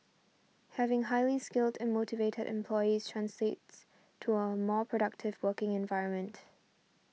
having highly skilled and motivated employees translates to a more productive working environment